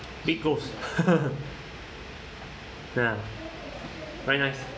big goals very nice